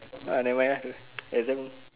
ah never mind lah exam